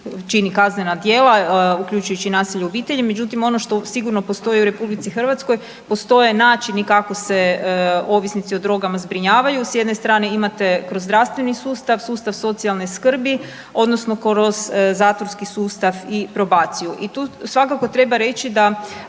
čini kaznena djela, uključujući i nasilje u obitelji. Međutim, ono što sigurno postoji u RH, postoje načini kako se ovisnici o drogama zbrinjavaju. S jedne strane imate kroz zdravstveni sustav, sustav socijalne skrbi odnosno kroz zatvorski sustav i probaciju. I tu svakako treba reći